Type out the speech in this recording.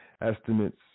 estimates